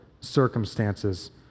circumstances